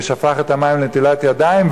ושפך את המים לנטילת ידיים,